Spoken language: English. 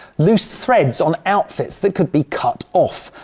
loose threads on outfits that could be cut off,